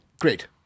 Great